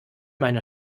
meine